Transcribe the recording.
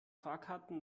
fahrkarten